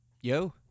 Yo